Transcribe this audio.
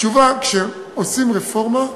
כשעושים רפורמה,